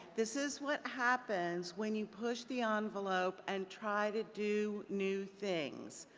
this is what happens when you push the ah envelope and try to do new things.